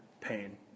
pain